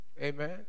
Amen